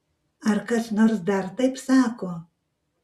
ar kas nors dar taip sako